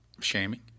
shaming